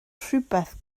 rhywbeth